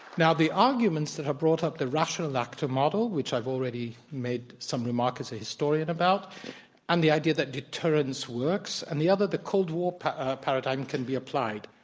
now, the arguments that have brought up the rational actor model, which i've already made some remarks as a historian about and the idea that deterrence works, and the other, the cold war paradigm can be applied.